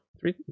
Three